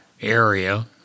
area